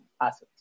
assets